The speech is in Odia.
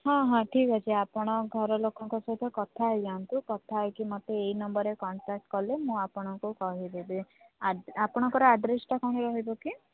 ହଁ ହଁ ଠିକ୍ ଅଛି ଆପଣ ଘର ଲୋକଙ୍କ ସହିତ କଥା ହୋଇଯାନ୍ତୁ କଥା ହୋଇକି ମୋତେ ଏଇ ନମ୍ବର୍ରେ କଣ୍ଟାକ୍ଟ୍ କଲେ ମୁଁ ଆପଣଙ୍କୁ କହିଦେବି ଆପଣଙ୍କର ଆଡ୍ରେସଟା କ'ଣ ରହିବ କି